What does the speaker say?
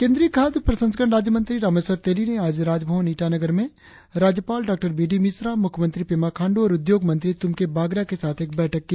केंद्रीय खाद्य प्रसंस्करण राज्य मंत्री रामेश्वर तेली ने आज राजभवन ईटानगर में राज्यपाल डॉ बी डी मिश्रा मुख्यमंत्री पेमा खांडू और उद्योग मंत्री तूमके बागरा के साथ एक बैठक की